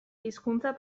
hizkuntza